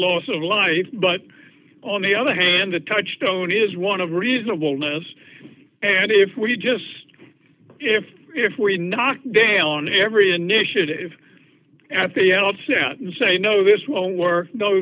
loss of life but on the other hand the touchstone is one of reasonableness and if we just if if we knock dale on every initiative at the outset and say no this won't work no